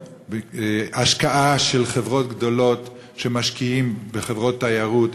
השקעה של חברות גדולות שמשקיעות בחברות תיירות.